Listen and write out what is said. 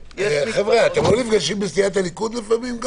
חבר'ה, אתם לא נפגשים בסיעת הליכוד לפעמים?